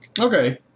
Okay